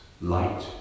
light